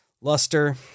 luster